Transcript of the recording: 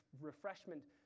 refreshment